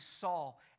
Saul